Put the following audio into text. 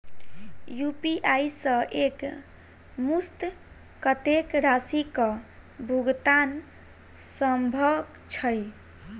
UPI सऽ एक मुस्त कत्तेक राशि कऽ भुगतान सम्भव छई?